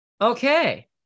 Okay